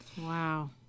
Wow